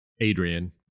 Adrian